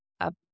up